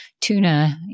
tuna